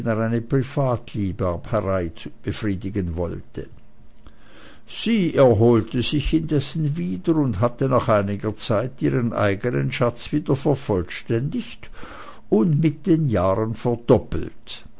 befriedigen wollte sie erholte sich indessen wieder und hatte nach einiger zeit ihren eigenen schatz wieder vervollständigt und mit den jahren verdoppelt